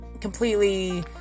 completely